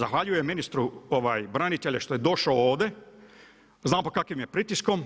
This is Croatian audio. Zahvaljujem ministru branitelju što je došao ovdje, znam pod kakvim je pritiskom